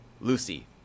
Lucy